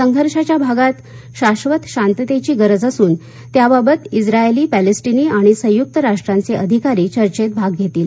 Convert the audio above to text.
संघर्षाच्या भागात शाश्वत शांततेची गरज असून त्याबाबत इस्रायली पॅलेस्टिनी आणि संयुक्त राष्ट्रांचे अधिकारी चर्चेत भाग घेतील